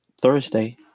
Thursday